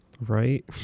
Right